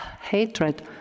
hatred